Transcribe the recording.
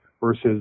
versus